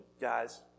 guys